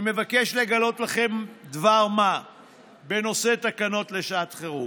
אני מבקש לגלות לכם דבר-מה בנושא תקנות לשעת חירום: